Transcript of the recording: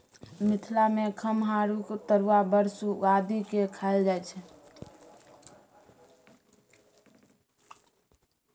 मिथिला मे खमहाउरक तरुआ बड़ सुआदि केँ खाएल जाइ छै